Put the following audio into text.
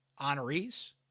honorees